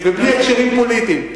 ובלי הקשרים פוליטיים.